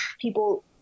people